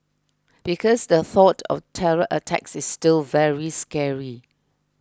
because the thought of terror attacks is still very scary